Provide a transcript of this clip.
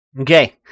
Okay